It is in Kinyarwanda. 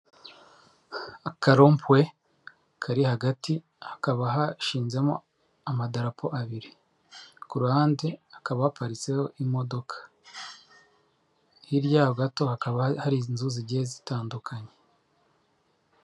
Akarompuwe kari hagati hakaba hashizemo amadapo abiri; ku ruhande hakaba haparitseho imodoka; hirya yaho gato hakaba hari inzu zigiye zitandukanye.